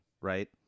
right